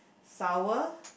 sour